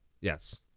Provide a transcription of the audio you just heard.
Yes